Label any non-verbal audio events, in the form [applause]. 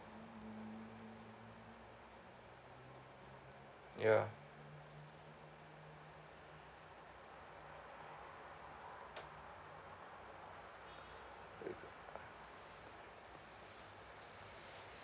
ya [noise]